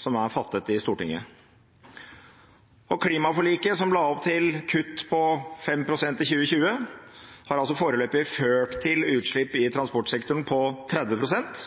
som er fattet i Stortinget. Klimaforliket som la opp til kutt på 5 pst. i 2020, har altså foreløpig ført til økning i utslipp i transportsektoren på 30 pst.,